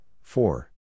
four